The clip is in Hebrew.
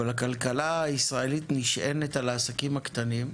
הכלכלה הישראלית נשענת על העסקים הקטנים.